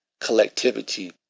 collectivity